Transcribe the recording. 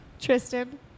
Tristan